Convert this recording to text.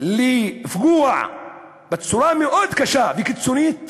לפגוע בצורה מאוד קשה וקיצונית